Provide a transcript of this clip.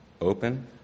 open